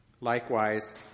likewise